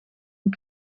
een